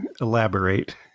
elaborate